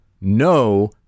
no